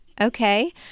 Okay